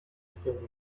feather